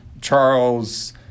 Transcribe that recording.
Charles